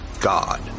God